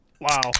Wow